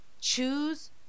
Choose